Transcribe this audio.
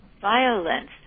violence